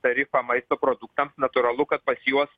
tarifą maisto produktams natūralu kad pas juos